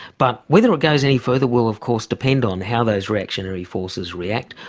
but whether it goes any further will of course depend on how those reactionary forces react,